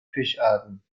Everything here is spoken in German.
fischarten